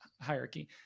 hierarchy